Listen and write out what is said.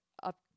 up